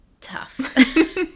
tough